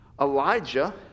Elijah